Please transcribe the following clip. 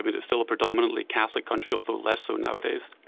but it's still a predominantly catholic country, although less so nowadays,